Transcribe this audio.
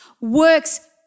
Works